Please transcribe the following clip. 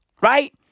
right